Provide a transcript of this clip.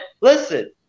listen